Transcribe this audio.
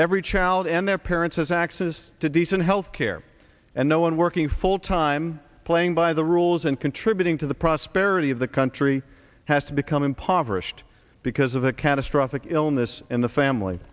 every child and their parents as access to decent health care and no one working full time playing by the rules and contributing to the prosperity of the country has to become impoverished because of a catastrophic illness in the family